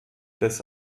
des